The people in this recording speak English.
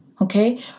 Okay